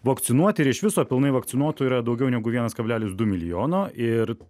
vakcinuoti ir iš viso pilnai vakcinuotų yra daugiau negu vienas kablelis du milijono ir